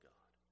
God